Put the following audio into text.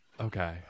okay